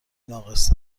ناقص